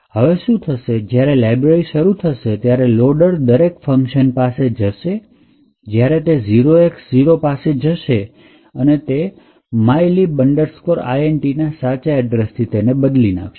હવે તું શું થશે કે જ્યારે લાઈબ્રેરી શરૂ થશે ત્યારે લોડર દરેક ફંકશન પાસે જશે અને જ્યારે તે 0X0 જશે એને તે mylib int ના સાચા એડ્રેસથી બદલી નાખશે